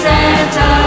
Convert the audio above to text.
Santa